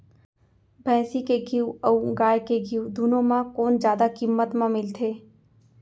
भैंसी के घीव अऊ गाय के घीव दूनो म कोन जादा किम्मत म मिलथे?